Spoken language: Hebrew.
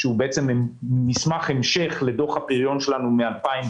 שהוא מסמך המשך לדוח הפריון שלנו מ-2019.